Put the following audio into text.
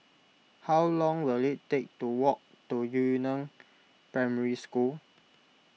how long will it take to walk to Yu Neng Primary School